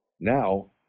now